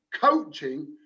coaching